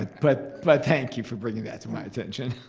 but thank you for bringing that to my attention.